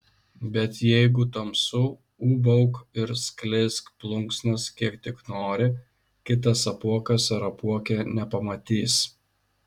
bet jeigu tamsu ūbauk ir skleisk plunksnas kiek tik nori kitas apuokas ar apuokė nepamatys